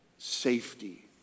Safety